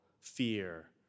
fear